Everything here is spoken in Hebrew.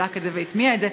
בדק את זה והטמיע את זה,